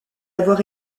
avoir